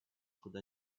куда